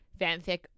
fanfic